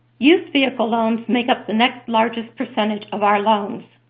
used-vehicle loans make up the next largest percentage of our loans.